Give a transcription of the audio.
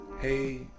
Hey